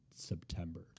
September